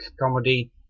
comedy